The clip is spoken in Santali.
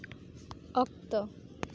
ᱚᱠᱛᱚ